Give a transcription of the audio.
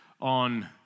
on